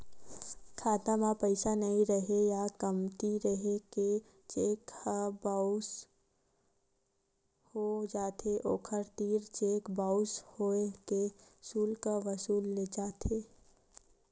खाता म पइसा नइ रेहे या कमती रेहे ले चेक ह बाउंस हो जाथे, ओखर तीर चेक बाउंस होए के सुल्क वसूले जाथे